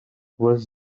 was